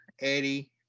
Eddie